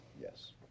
Yes